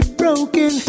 broken